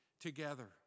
together